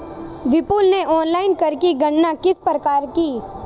विपुल ने ऑनलाइन कर की गणना किस प्रकार की?